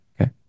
Okay